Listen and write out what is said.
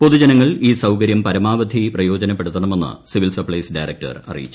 പൊതുജനങ്ങൾ ഈ സൌകര്യം പരമാവധി പ്രയോജനപ്പെടുത്തണമെന്ന് സിവിൽ സപ്ലൈസ് ഡയറക്ടർ അറിയിച്ചു